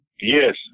Yes